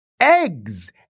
eggs